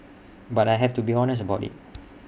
but I have to be honest about IT